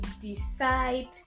decide